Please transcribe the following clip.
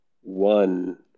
one